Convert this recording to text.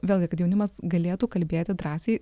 vėlgi kad jaunimas galėtų kalbėti drąsiai